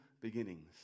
beginnings